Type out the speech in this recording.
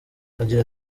agira